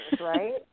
right